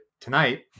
Tonight